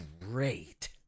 great